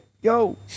yo